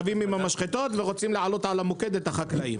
רבים עם המשחטות ורוצים להעלות על המוקד את החקלאים.